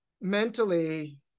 mentally